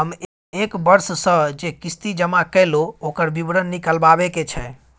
हम एक वर्ष स जे किस्ती जमा कैलौ, ओकर विवरण निकलवाबे के छै?